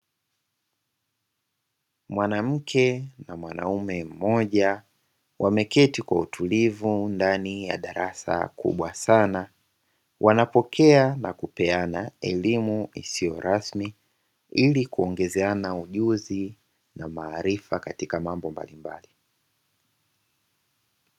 Mwanamke na mwaume mmoja wameketi kwa utulivu ndani ya darasa kubwa sana, wanapokea na kupeana elimu isiyo rasmi, ili kuongezeana ujuzi na maarifa katika mambo mbalimbali.